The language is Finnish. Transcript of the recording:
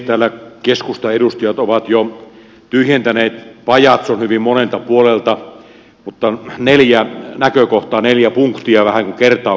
täällä keskustan edustajat ovat jo tyhjentäneet pajatson hyvin monelta puolelta mutta neljä näkökohtaa neljä punktia vähän kuin kertauksena